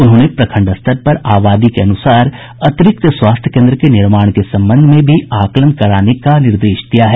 उन्होंने प्रखंड स्तर पर आबादी के अनुसार अतिरिक्त स्वास्थ्य केन्द्र के निर्माण के संबंध में भी आकलन कराने का निर्देश दिया है